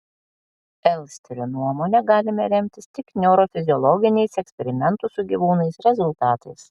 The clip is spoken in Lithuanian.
elsterio nuomone galime remtis tik neurofiziologiniais eksperimentų su gyvūnais rezultatais